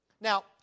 Now